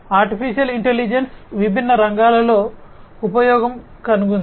artificial intelligence విభిన్న రంగాలలో ఉపయోగం కనుగొంది